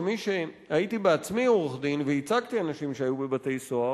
כמי שהיה בעצמו עורך-דין וייצג אנשים שהיו בבתי-סוהר,